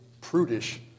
prudish